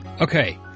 Okay